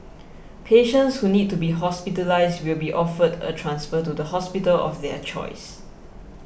patients who need to be hospitalised will be offered a transfer to the hospital of their choice